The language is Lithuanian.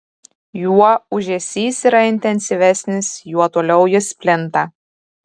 juo ūžesys yra intensyvesnis juo toliau jis plinta